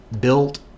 built